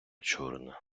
чорне